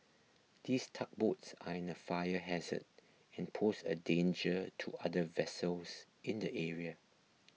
these tugboats are a fire hazard and pose a danger to other vessels in the area